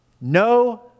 no